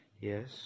Yes